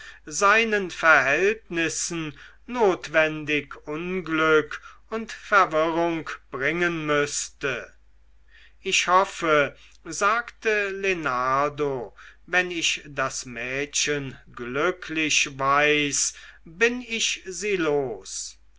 seinen verhältnissen notwendig unglück und verwirrung bringen müßte ich hoffe sagte lenardo wenn ich das mädchen glücklich weiß bin ich sie los